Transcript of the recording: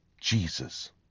Jesus